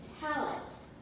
talents